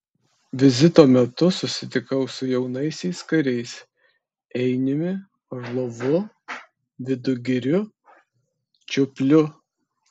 vizito metu susitikau su jaunaisiais kariais einiumi orlovu vidugiriu čiupliu